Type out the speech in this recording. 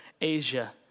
Asia